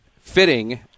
fitting